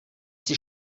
die